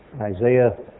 Isaiah